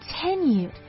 continued